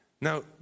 Now